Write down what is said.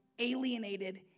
Alienated